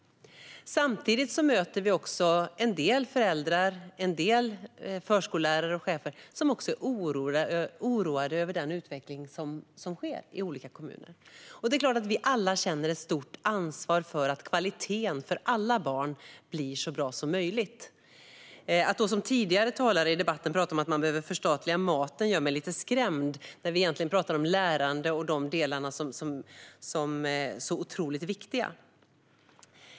Samtidigt möter vi en del föräldrar, förskollärare och chefer som är oroade över utvecklingen i kommunerna. Det är klart att vi alla känner ett stort ansvar för att kvaliteten för alla barn blir så bra som möjligt. Tidigare talare i debatten pratar om att förstatliga mathållningen. Det skrämmer mig lite grann när vi egentligen pratar om andra viktiga frågor, till exempel lärande.